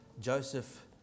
Joseph